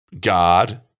God